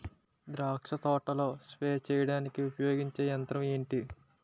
ద్రాక్ష తోటలో స్ప్రే చేయడానికి ఉపయోగించే యంత్రం ఎంటి?